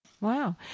Wow